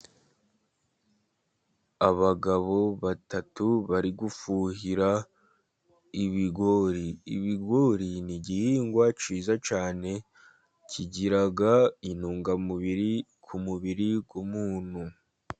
Abagabo batatu bari gufuhira ibigori, ibigori ni igihingwa cyiza cyane kigira intungamubiri ku mubiri w'umuntu.